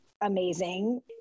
amazing